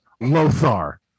lothar